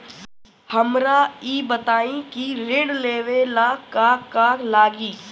हमरा ई बताई की ऋण लेवे ला का का लागी?